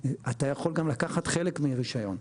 אתה יכול גם לקחת חלק מרישיון,